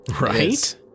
Right